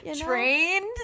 Trained